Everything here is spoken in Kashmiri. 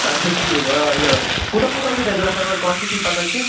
آچھا ٹھیٖک ٲں یہِ کوٗتاہ کوٗتاہ اوسوٕ تۄہہِ ضروٗرت تۄہہِ ما حظ کۄانٛٹِٹی پتہ کیٚنٛہہ